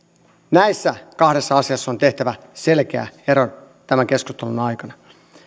näissä kahdessa asiassa on tehtävä selkeä ero tämän keskustelun aikana